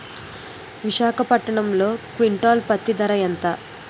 విశాఖపట్నంలో క్వింటాల్ పత్తి ధర ఎంత?